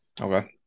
Okay